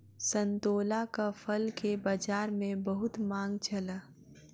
संतोलाक फल के बजार में बहुत मांग छल